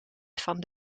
van